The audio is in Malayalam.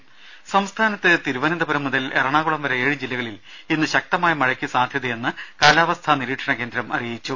രുഭ കേസംസ്ഥാനത്ത് തിരുവനന്തപുരം മുതൽ എറണാകുളം വരെ ഏഴ് ജില്ലകളിൽ ഇന്ന് ശക്തമായ മഴയ്ക്ക് സാധ്യതയെന്ന് കാലാവസ്ഥാ നിരീക്ഷണ കേന്ദ്രം അറിയിച്ചു